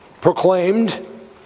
proclaimed